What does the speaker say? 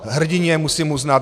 Hrdinně, musím uznat.